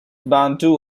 bantu